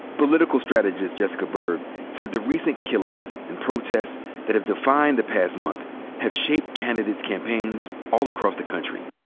political strategist jessica byrd said the recent killings and protests that have defined the past month have shaped candidates' campaigns all across the country.